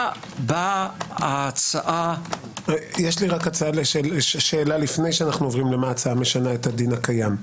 מה באה ההצעה- -- שאלה לפני מה ההצעה משנה את הדין הקיים: